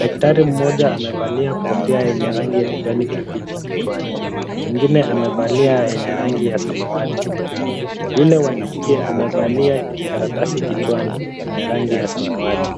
Daktari mmoja amevalia kofia yenye rangi ya kijani kibichi kichwani. Mwingine amevalia yenye rangi ya samawati. Yule wa kike amevalia kijikaratasi kichwani chenye rangi ya samawati.